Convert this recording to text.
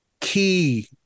key